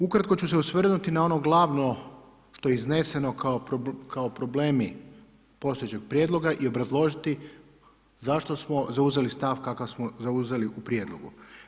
Ukratko ću se osvrnuti, na ono glavno što je izneseno kao problemi postojećeg prijedloga i obrazložiti zašto smo zauzeli stav kakav smo zauzeli u prijedlogu.